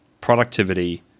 productivity